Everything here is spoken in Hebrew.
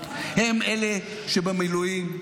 הם אלה שבמילואים,